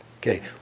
Okay